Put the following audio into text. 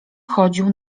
chodził